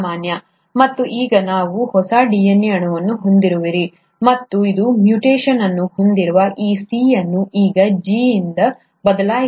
ಸಾಮಾನ್ಯ ಮತ್ತು ಈಗ ನೀವು ಹೊಸ DNA ಅಣುವನ್ನು ಹೊಂದಿರುವಿರಿ ಅದು ಮ್ಯೂಟೇಶನ್ ಅನ್ನು ಹೊಂದಿರುವ ಈ C ಅನ್ನು ಈಗ G ಯಿಂದ ಬದಲಾಯಿಸಲಾಗಿದೆ ಅಥವಾ A ಎಂದು ಹೇಳೋಣ